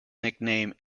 nickname